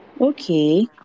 Okay